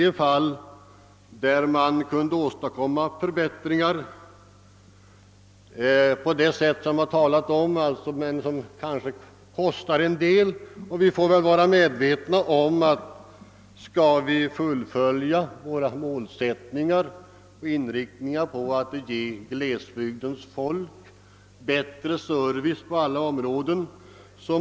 Det kostar naturligtvis pengar att åstadkomma förbättringar, men vi är väl alla medvetna om att det är nödvändigt att satsa pengar, om vi skall kunna fullfölja vår målsättning att ge glesbygdernas befolkning bättre service på alla områden.